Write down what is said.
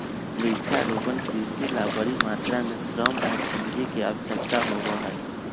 वृक्षारोपण कृषि ला बड़ी मात्रा में श्रम और पूंजी के आवश्यकता होबा हई